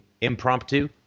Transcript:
impromptu